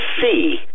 see